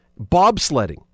bobsledding